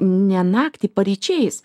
ne naktį paryčiais